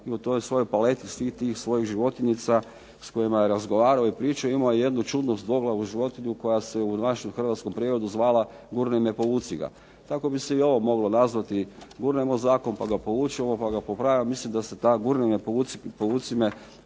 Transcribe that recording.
i u toj svojoj paleti, svih tih svojih životinjica s kojima je razgovarao i pričao imao je jednu čudnu dvoglavu životinju koja se u našem hrvatskom prijevodu zvala „Gurni me, povuci ga“. Tako bi se ovo moglo nazvati, gurnemo zakon, pa ga povučemo, pa ga popravljamo, mislim da se ta gurni me povuci me